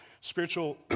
spiritual